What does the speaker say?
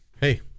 hey